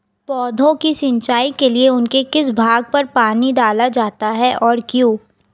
पौधों की सिंचाई के लिए उनके किस भाग पर पानी डाला जाता है और क्यों?